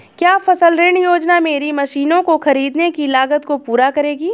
क्या फसल ऋण योजना मेरी मशीनों को ख़रीदने की लागत को पूरा करेगी?